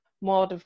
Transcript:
more